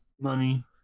Money